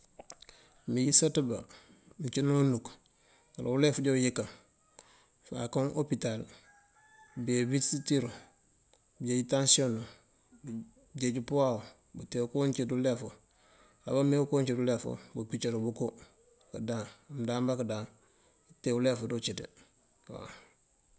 Më-yësaţba, mcina unuk, wala uliaf ja uyëkan, fakan opital bëya viţisiru bëjej tansiyoni bëjej pëwaa- u bëteen ko nciwi di uliafu a bameko unciwi di uliafu bëpicaru bëko këdaan mdanbakëdan këte- uliafu ţi. uciţi waaw.